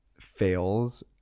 fails